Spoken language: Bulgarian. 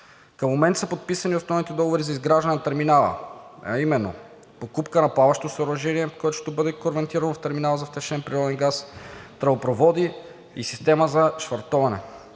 Към момента са подписани основните договори за изграждане на терминала, а именно покупка на плаващо съоръжение, което ще бъде в терминал за втечнен природен газ, тръбопроводи и система за швартоване.